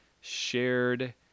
shared